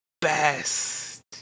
best